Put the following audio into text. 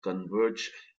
converge